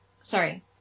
sorry